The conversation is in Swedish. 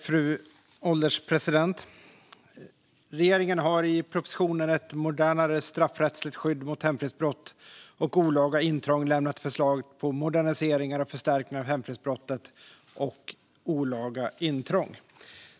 Fru ålderspresident! Regeringen har i propositionen Ett modernare straffrättsligt skydd mot hemfridsbrott och olaga intrång lämnat förslag på moderniseringar och förstärkningar när det gäller hemfridsbrott och olaga intrång.